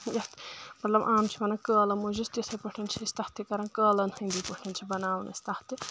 یَتھ مَطلَب عام چھِ وَنان کَالہٕ مُوجہٕ أسۍ تِتھٕے پٲٹھۍ چھِ أسۍ تَتھ تہِ کَران قاَلَن ہٕنٛدی پٲٹھۍ چھِ بَناوَان أسۍ تَتھ تہِ